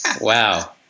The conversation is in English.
Wow